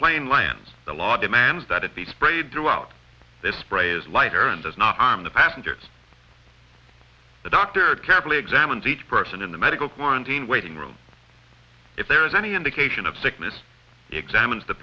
plane lands the law demands that it be sprayed throughout the spray is lighter and does not harm the passengers the doctor carefully examined each person in the medical quandary in waiting room if there is any indication of sickness examines the